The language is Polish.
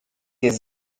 jest